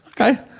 Okay